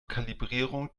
kalibrierung